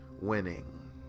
winning